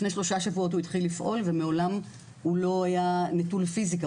לפני שלושה שבועות הוא התחיל לפעול ומעולם הוא לא היה נטול פיזיקה,